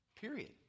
Period